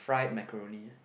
fried macaroni